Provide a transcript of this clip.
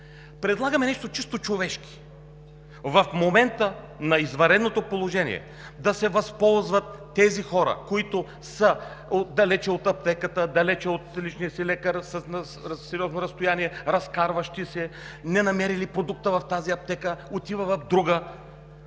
Предлагаме нещо чисто човешки – в момента на извънредното положение да се възползват тези хора, които са далеч от аптеката, далеч от личния си лекар, на сериозно разстояние, разкарващи се, не намерили продукта в тази аптека, да отиват в друга. Така